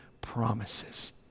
promises